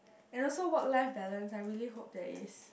and also work life balance I really hope there is